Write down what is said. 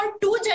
two